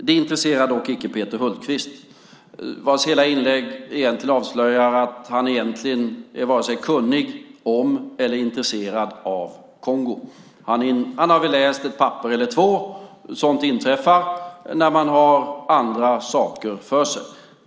Det intresserar dock icke Peter Hultqvist, vars hela inlägg avslöjar att han egentligen inte är vare sig kunnig om eller intresserad av Kongo. Han har väl läst ett papper eller två. Sådant inträffar när man har andra saker för sig.